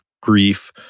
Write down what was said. grief